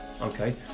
okay